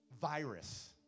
virus